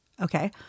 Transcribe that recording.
Okay